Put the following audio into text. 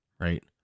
Right